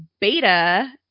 beta